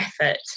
effort